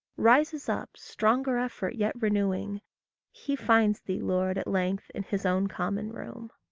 rises up, stronger effort yet renewing he finds thee, lord, at length, in his own common room.